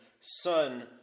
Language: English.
son